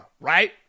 right